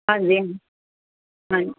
ਹਾਂਜੀ ਹਾਂ